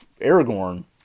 Aragorn